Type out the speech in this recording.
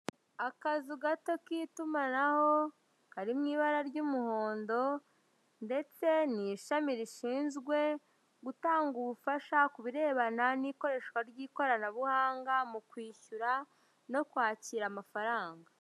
Akazu gato k'itumanaho kari mu ibara ry'umuhondo, ndetse ni ishami rishinzwe gutanga ubufasha ku birebana n'ikoreshwa ry'ikoranabuhanga mu kwishyura no kwakira amafaranga.